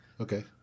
Okay